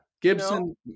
Gibson